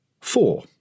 Four